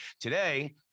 today